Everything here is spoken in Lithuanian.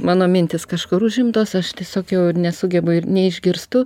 mano mintys kažkur užimtos aš tiesiog jau ir nesugebu ir neišgirstu